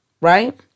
right